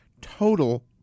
total